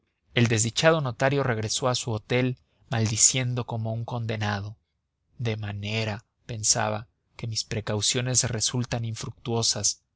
el desdichado notario regresó a su hotel maldiciendo como un condenado de manera pensaba que mis precauciones resultan infructuosas